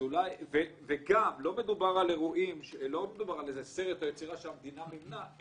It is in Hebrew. וגם לא מדובר על איזה סרט או יצירה שהמדינה מימנה,